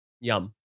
Yum